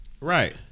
Right